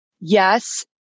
Yes